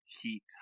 heat